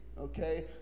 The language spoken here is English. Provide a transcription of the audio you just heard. okay